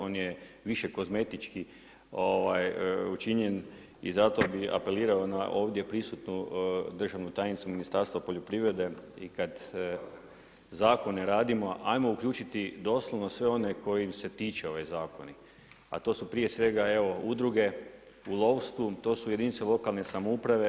On je više kozmetički učinjen i zato bih apelirao na ovdje prisutnu državnu tajnicu Ministarstva poljoprivrede i kad zakone radimo hajmo uključiti doslovno sve one kojih se tiču ovi zakoni, a to su prije sveg evo udruge u lovstvu, to su jedinice lokalne samouprave.